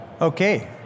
Okay